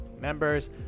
members